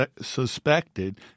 suspected